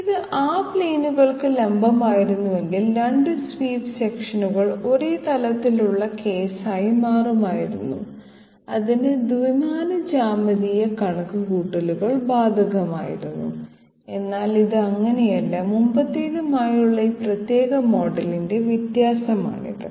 ഇത് ആ പ്ലെയിനുകൾക്ക് ലംബമായിരുന്നെങ്കിൽ 2 സ്വീപ്പ് സെക്ഷനുകൾ ഒരേ തലത്തിൽ ഉള്ള കേസായി മാറുമായിരുന്നു അതിന് ദ്വിമാന ജ്യാമിതീയ കണക്കുകൂട്ടലുകൾ ബാധകമാകുമായിരുന്നു എന്നാൽ ഇത് അങ്ങനെയല്ല മുമ്പത്തേതുമായുള്ള ഈ പ്രത്യേക മോഡലിന്റെ വ്യത്യാസമാണിത്